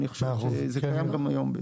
בפועל זה קיים גם היום.